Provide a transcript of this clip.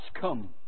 come